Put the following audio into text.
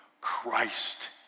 Christ